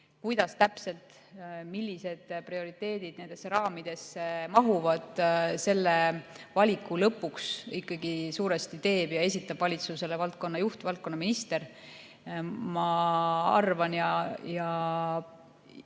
võimalusi. Millised prioriteedid nendesse raamidesse mahuvad, selle valiku lõpuks ikkagi suurel määral teeb ja esitab valitsusele valdkonna juht, valdkonna minister. Ma arvatavasti